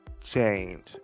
change